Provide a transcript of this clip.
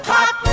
Hot